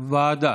ועדה.